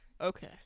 Okay